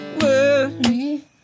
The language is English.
worry